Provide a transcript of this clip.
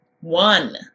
One